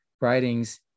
writings